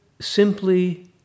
simply